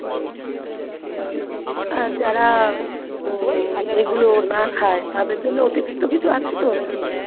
ও আর যারা এগুলো না খায় তাদের জন্য অতিরিক্ত কিছু আছে তো না কি